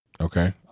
Okay